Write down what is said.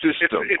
system